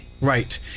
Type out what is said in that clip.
Right